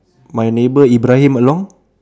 my neighbour Ibrahim along